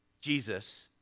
Jesus